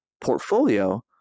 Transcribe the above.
portfolio